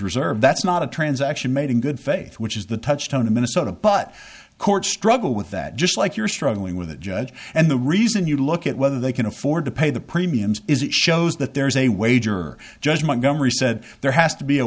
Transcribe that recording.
reserve that's not a transaction made in good faith which is the touch tone in minnesota but court struggle with that just like you're struggling with a judge and the reason you look at whether they can afford to pay the premiums is it shows that there is a wager just my governor said there has to be a